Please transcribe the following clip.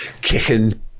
kicking